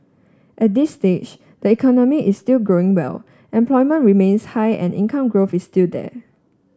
at this stage the economy is still growing well employment remains high and income growth is still there